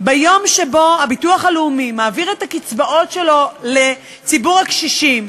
ביום שבו הביטוח הלאומי מעביר את הקצבאות שלו לציבור הקשישים,